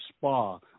spa